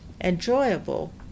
Enjoyable